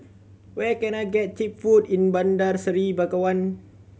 where can I get cheap food in Bandar Seri Begawan